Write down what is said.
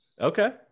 Okay